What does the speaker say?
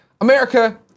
America